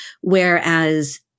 Whereas